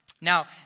Now